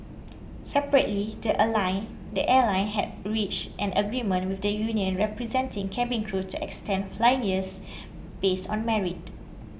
separately the a line the airline has reached an agreement with the union representing cabin crew to extend flying years based on merit